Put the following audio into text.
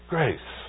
Grace